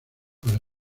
para